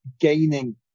gaining